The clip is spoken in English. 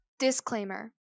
Disclaimer